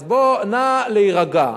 אז נא להירגע.